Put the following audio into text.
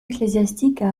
ecclésiastiques